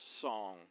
song